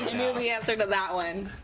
answer to that one.